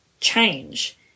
change